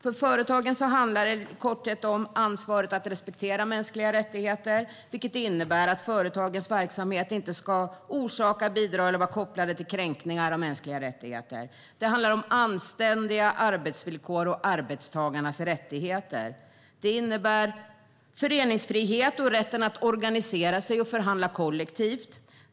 För företagen handlar det i korthet om ansvaret att respektera mänskliga rättigheter, vilket innebär att företagens verksamhet inte ska orsaka, bidra eller vara kopplade till kränkningar av mänskliga rättigheter. Det handlar om anständiga arbetsvillkor och arbetstagarnas rättigheter. Det innebär föreningsfrihet och rätten att organisera sig och förhandla kollektivt.